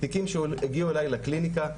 תיקים שהגיעו אליי לקליניקה,